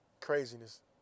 craziness